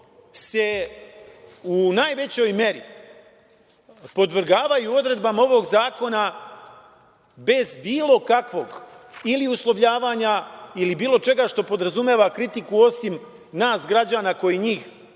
se u najvećoj meri podvrgavaju odredbama ovog zakona bez bilo kakvog ili uslovljavanja ili bilo čega što podrazumeva kritiku, osim nas građana koji njih